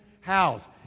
house